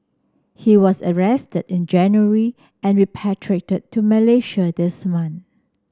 he was arrested in January and repatriated to Malaysia this month